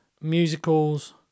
musicals